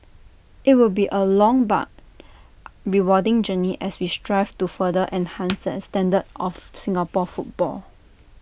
IT will be A long but rewarding journey as we strive to further enhance and standards of Singapore football